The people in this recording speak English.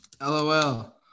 LOL